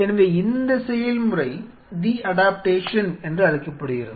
எனவே இந்த செயல்முறை டி அடாப்டேஷன் என்று அழைக்கப்படுகிறது